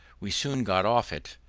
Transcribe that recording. we soon got off it,